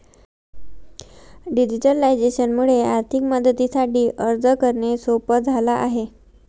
digitalisation मुळे आर्थिक मदतीसाठी अर्ज करणे सोप झाला आहे